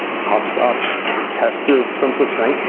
hopscotch test, or some such thing.